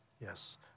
Yes